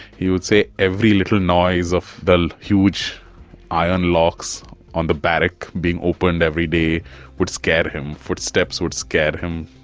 he would say every little noise of the huge iron locks on the barrack being opened every day would scare him, footsteps would scare him,